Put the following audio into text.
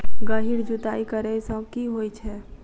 गहिर जुताई करैय सँ की होइ छै?